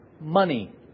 Money